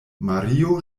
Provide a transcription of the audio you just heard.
mario